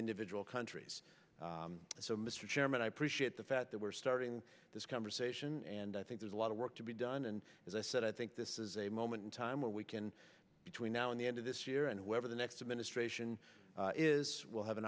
individual countries so mr chairman i appreciate the fact that we're starting this conversation and i think there's a lot of work to be done and as i said i think this is a moment in time where we can between now and the end of this year and whatever the next administration is will have an